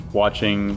watching